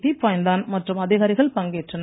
தீப்பாய்ந்தான் மற்றும் அதிகாரிகள் பங்கேற்றனர்